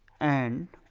and